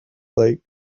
like